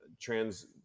trans